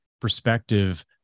perspective